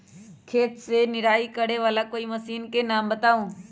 खेत मे निराई करे वाला कोई मशीन के नाम बताऊ?